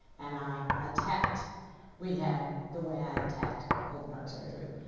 and i attacked rehab the way i attacked open heart surgery.